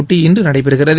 போட்டி இன்று நடைபெறுகிறது